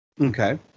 Okay